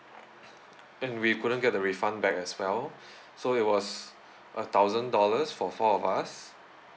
and we couldn't get the refund back as well so it was a thousand dollars for four of us